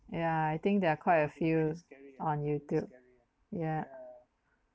yeah I think there are quite a few on youtube ya